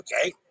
Okay